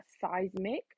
seismic